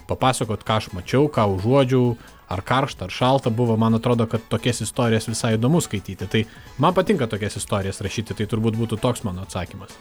papasakot ką aš mačiau ką užuodžiau ar karšta ar šalta buvo man atrodo kad tokias istorijas visai įdomu skaityti tai man patinka tokias istorijas rašyti tai turbūt būtų toks mano atsakymas